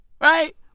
right